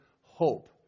hope